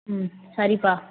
ம் சரிப்பா